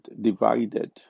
divided